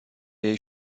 jej